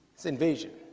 its invasion